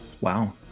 wow